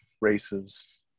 races